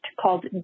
called